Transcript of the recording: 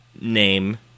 name